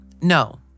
No